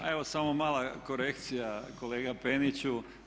Pa evo samo mala korekcija kolega Peniću.